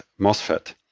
MOSFET